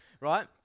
right